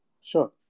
Sure